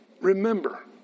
Remember